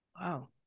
Wow